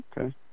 Okay